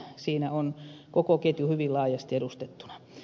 siinä on koko ketju hyvin laajasti edustettuna